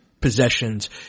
possessions